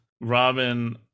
Robin